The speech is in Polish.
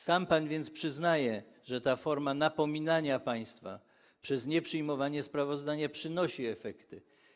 Sam pan więc przyznaje, że ta forma napominania państwa przez nieprzyjmowanie sprawozdania przynosi efekty.